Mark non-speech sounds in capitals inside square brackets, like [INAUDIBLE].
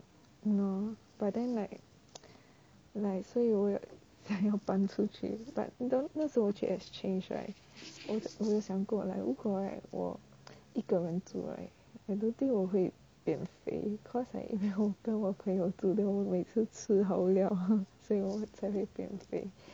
!hannor! but then like like 所以我才想搬出去 but don't 那时我去 exchange right 我有想过 like 如果 like 我一个人住 right I don't think 我会变肥 cause like [LAUGHS] 我跟我朋友住 then 我每次吃好料 [LAUGHS] 所以我才会变肥